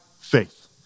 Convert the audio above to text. faith